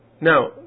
Now